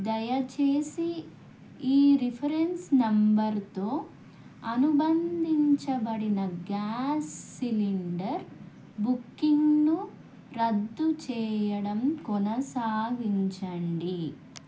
దయచేసి ఈ రిఫరెన్స్ నంబర్తో అనుబంధించబడిన గ్యాస్ సిలిండర్ బుకింగ్ను రద్దు చేయడం కొనసాగించండి